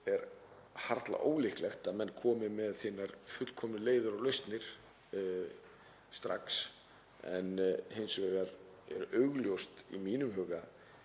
er harla ólíklegt að menn komi með hinar fullkomnu leiðir og lausnir strax. Hins vegar er augljóst í mínum huga